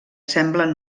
semblen